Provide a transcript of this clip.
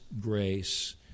grace